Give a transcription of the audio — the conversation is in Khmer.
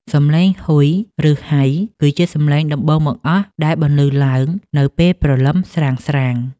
សម្លេង «ហ៊ុយ!» ឬ «ហ៊ៃ!» គឺជាសម្លេងដំបូងបង្អស់ដែលបន្លឺឡើងនៅពេលព្រលឹមស្រាងៗ។